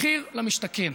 מחיר למשתכן,